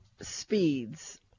speeds